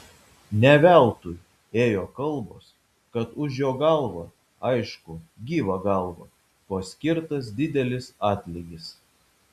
ne veltui ėjo kalbos kad už jo galvą aišku gyvą galvą paskirtas didelis atlygis